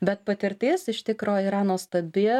bet patirtis iš tikro yra nuostabi